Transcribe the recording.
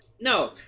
no